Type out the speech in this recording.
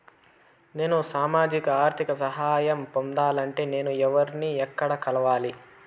నేను సామాజిక ఆర్థిక సహాయం పొందాలి అంటే నేను ఎవర్ని ఎక్కడ కలవాలి?